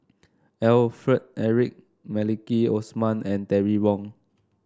Alfred Eric Maliki Osman and Terry Wong